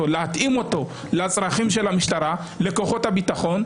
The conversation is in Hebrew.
ולהתאים אותו לצרכים של המשטרה וכוחות הביטחון.